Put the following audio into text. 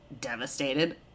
devastated